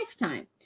lifetime